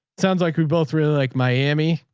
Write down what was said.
sounds like we both really like miami.